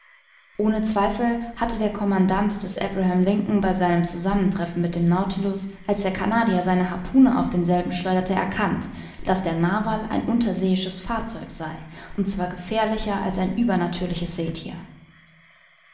ohne zweifel hatte der commandant des abraham lincoln bei seinem zusammentreffen mit dem nautilus als der canadier seine harpune auf denselben schleuderte erkannt daß der narwal ein unterseeisches fahrzeug sei und zwar gefährlicher als ein übernatürliches seethier